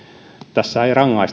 tässä